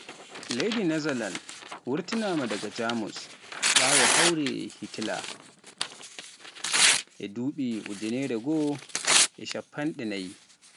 Leydi Nezalan wortinaama daga Jamus, ɓawo hawre Hitler e nder ujinere gooo e tammere jewenaayi e shappande naayi.